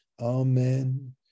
Amen